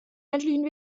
menschlichen